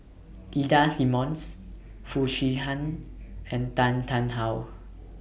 Ida Simmons Foo Chee Han and Tan Tarn How